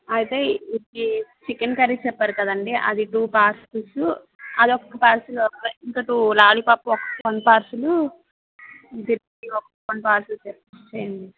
అయితే ఇది chicken curry చెప్పారు కదా అండి అది టూ పార్సల్సు అది ఒక్క పార్సలు ఇంకా టు లాలి పాప్స్ ఒక వన్ పార్సలూ వన్ పార్సిల్ చెప్పేయండి